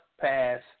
pass